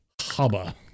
hubba